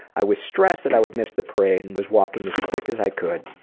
i was stressed that i would miss the parade and was walking as quick as i could.